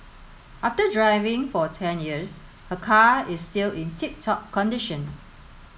after driving for ten years her car is still in tip top condition